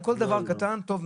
על כל דבר קטן 'טוב,